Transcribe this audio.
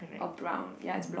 or brown ya is blonde